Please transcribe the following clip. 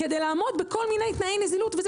כדי לעמוד בכל מיני תנאי נזילות וזה